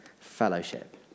fellowship